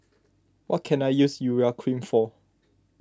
what can I use Urea Cream for